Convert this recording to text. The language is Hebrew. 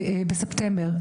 בספטמבר.